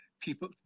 people